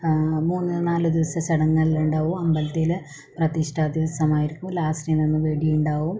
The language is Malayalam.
മൂന്ന് നാല് ദിവസത്തെ ചടങ്ങ് എല്ലാം ഉണ്ടാവും അമ്പലത്തിൽ പ്രതിഷ്ഠാദിവസമായിരിക്കും ലാസ്റ്റ്ൻ്റെ അന്ന് വെടി ഉണ്ടാവും